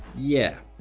yeah.